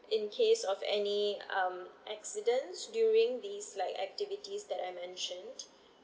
in case of any um accidents during these like activities that I mentioned